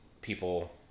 people